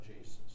Jesus